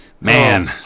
Man